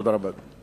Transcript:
תודה רבה, אדוני.